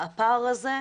הפער הזה,